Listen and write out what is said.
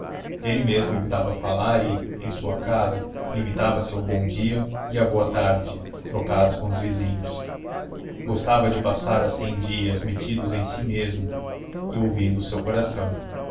ele mesmo evitava falar e em sua casa limitava-se ao bom-dia e à boa-tarde trocados com os vizinhos gostava de passar assim dias metido em si mesmo e ouvindo o seu coração